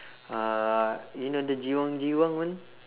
uh you know the jiwang jiwang [one]